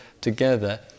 together